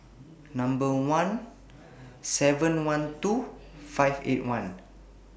one seven hundred and twelve five hundred and Eighty One